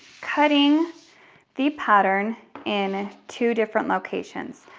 cutting the pattern in two different locations.